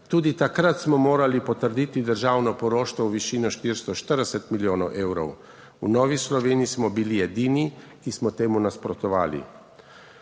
Tudi takrat smo morali potrditi državno poroštvo v višini 440 milijonov evrov. V Novi Sloveniji smo bili edini, ki smo temu nasprotovali.